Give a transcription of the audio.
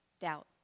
doubt